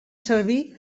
servir